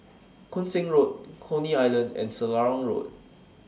Koon Seng Road Coney Island and Selarang Road